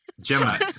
Gemma